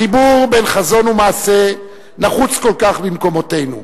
החיבור בין חזון ומעשה נחוץ כל כך במקומותינו,